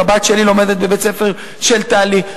הבת שלי לומדת בבית-ספר של תל"י.